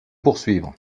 poursuivre